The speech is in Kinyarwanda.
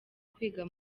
kwiga